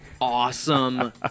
awesome